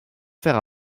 faire